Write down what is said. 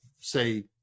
say